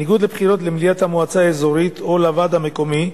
בניגוד לבחירות למליאת המועצה האזורית או לוועד המקומי,